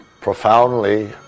profoundly